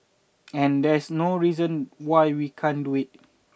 and there's no reason why we can't do it